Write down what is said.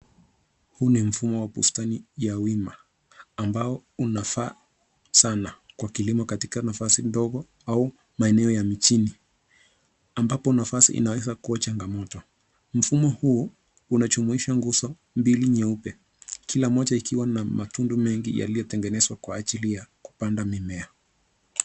Huu ni mfumo wa bustani ya wima ambao unafaa sana kwa kilimo katika nafasi ndogo au maeneo ya mijini, ambapo nafasi inaweza kuwa changamoto. Mfumo huu unajumuisha nguzo mbili nyeupe, kila moja ikiwa na matundu mengi yaliyotengenezwa kwa ajili ya kupanda mimea.